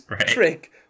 trick